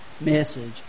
message